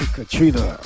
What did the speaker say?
Katrina